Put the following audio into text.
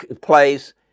place